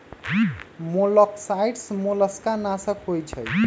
मोलॉक्साइड्स मोलस्का नाशक होइ छइ